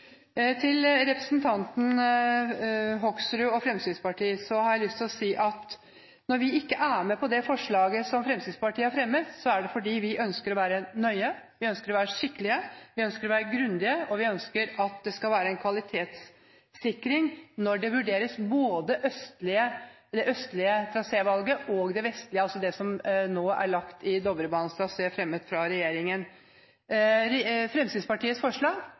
Til representantene Hoksrud og Fremskrittspartiet har jeg lyst til å si at når vi ikke er med på det forslaget som Fremskrittspartiet har fremmet, er det fordi vi ønsker å være nøye, vi ønsker å være skikkelige, vi ønsker å være grundige, og vi ønsker at det skal være en kvalitetssikring både når det østlige trasévalget vurderes, og når det vestlige – det som nå er lagt i Dovrebanens trasé, altså forslaget som er fremmet av regjeringen – vurderes. Fremskrittspartiets forslag